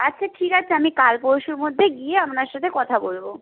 আচ্ছা ঠিক আছে আমি কাল পরশুর মধ্যে গিয়ে আপনার সাথে কথা বলব